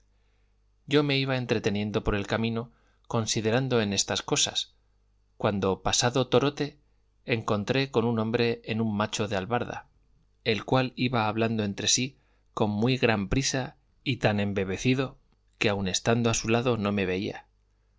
yo me iba entreteniendo por el camino considerando en estas cosas cuando pasado torote encontré con un hombre en un macho de albarda el cual iba hablando entre sí con muy gran prisa y tan embebecido que aun estando a su lado no me veía